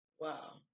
wow